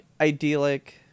idyllic